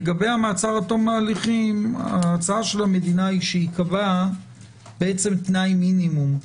לגבי המעצר עד תום ההליכים - ההצעה של המדינה שייקבע תנאי מינימום.